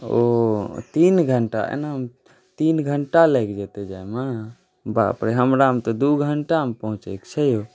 ओ तीन घण्टा एना तीन घण्टा लागि जेतै जाइमे बापरे हमरा तऽ दू घण्टामे पहुँचैक छै यौ